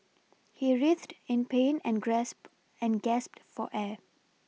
he writhed in pain and grasp and gasped for air